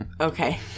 Okay